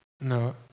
no